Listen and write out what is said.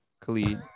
khalid